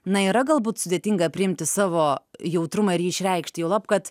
na yra galbūt sudėtinga priimti savo jautrumą ir jį išreikšti juolab kad